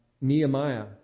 Nehemiah